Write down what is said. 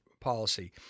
policy